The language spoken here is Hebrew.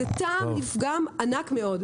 זה טעם לפגם ענק מאוד.